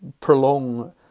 prolong